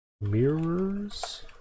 Mirrors